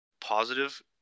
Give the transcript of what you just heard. positive